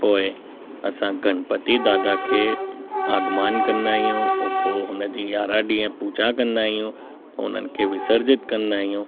पोइ असां गणपति दादा खे आगमान कंदा आहियूं पोइ हुन जी यारहं ॾींहं पूॼा कंदा आयूं पोइ हुननि खे विसर्जित कंदा आहियूं